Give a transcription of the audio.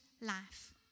life